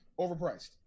overpriced